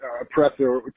oppressor